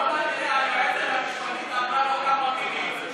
היועצת המשפטית אמרה לו כמה מילים.